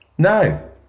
No